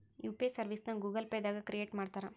UPI ಸರ್ವಿಸ್ನ Google Pay ದಾಗ create ಮಾಡ್ತಾರಾ